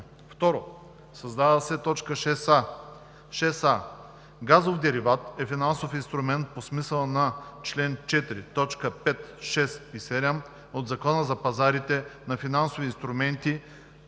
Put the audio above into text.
2. Създава се т. 6а: „6а. „Газов дериват“ е финансов инструмент по смисъла на чл. 4, т. 5, 6 и 7 от Закона за пазарите на финансови инструменти,